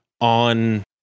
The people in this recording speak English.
on